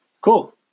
cool